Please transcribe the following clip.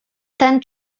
ten